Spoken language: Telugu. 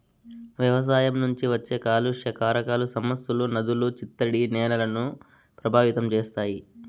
వ్యవసాయం నుంచి వచ్చే కాలుష్య కారకాలు సరస్సులు, నదులు, చిత్తడి నేలలను ప్రభావితం చేస్తాయి